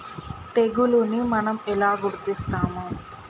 తెగులుని మనం ఎలా గుర్తిస్తాము?